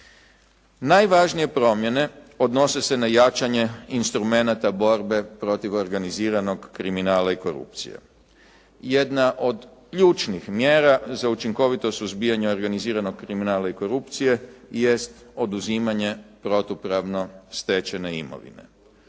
Najvažnije promjene odnose se na jačanje instrumenata borbe protiv organiziranog kriminala i korupcije. Jedna od ključnih mjera za učinkovito suzbijanje organiziranog kriminala i korupcije jest oduzimanje protupravno stečene imovine.